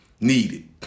needed